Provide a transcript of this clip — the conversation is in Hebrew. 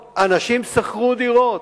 אנשים לקחו משכנתאות, אנשים שכרו דירות,